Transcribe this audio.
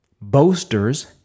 boasters